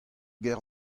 gêr